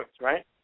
right